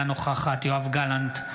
אינה נוכחת יואב גלנט,